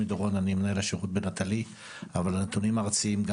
אני מנהל השירות בנטלי אבל הנתונים הארציים גם